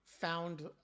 found